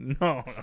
No